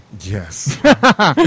yes